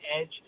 edge